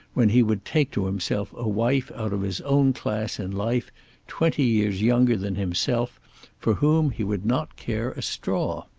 when he would take to himself a wife out of his own class in life twenty years younger than himself for whom he would not care a straw.